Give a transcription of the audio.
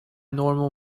normal